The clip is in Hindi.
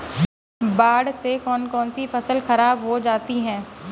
बाढ़ से कौन कौन सी फसल खराब हो जाती है?